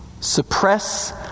suppress